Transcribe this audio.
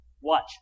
Watch